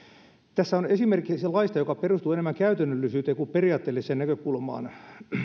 tässä on esimerkki laista joka perustuu enemmän käytännöllisyyteen kuin periaatteelliseen näkökulmaan